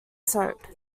soap